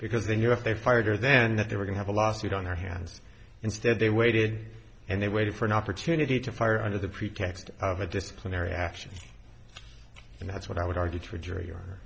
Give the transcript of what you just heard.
because they knew if they fired her then that they were going have a lawsuit on her hands instead they waited and they waited for an opportunity to fire under the pretext of a disciplinary action and that's what i would argue trigger